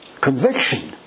Conviction